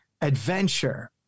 adventure